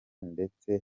ndetse